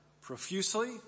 profusely